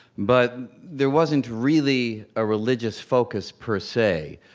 but there wasn't really a religious focus, per se.